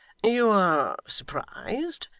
you are surprised?